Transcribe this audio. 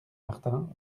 martin